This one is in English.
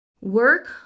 Work